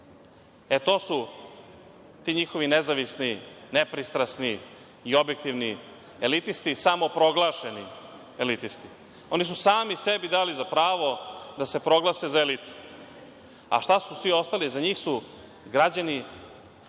E, to su ti njihovi nezavisni, nepristrasni i objektivni elitisti, samoproglašeni elitisti. Oni su sami sebi dali za pravo da se proglase za elitu, a šta su svi ostali? Za njih su građani